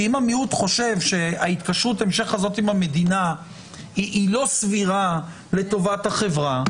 שאם המיעוט חושב שההתקשרות עם המדינה היא לא סבירה לטובת החברה,